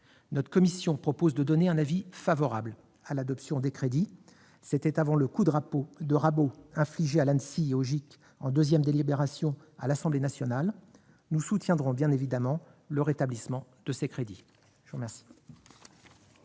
Notre commission avait proposé de donner un avis favorable à l'adoption des crédits, mais c'était avant le coup de rabot infligé à l'Anssi et au GIC en deuxième délibération à l'Assemblée nationale ... Nous soutiendrons bien évidemment le rétablissement de ces crédits ! La parole